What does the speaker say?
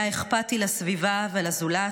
היה אכפתי לסביבה ולזולת,